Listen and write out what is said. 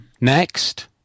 Next